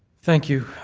thank you.